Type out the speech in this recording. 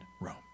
Rome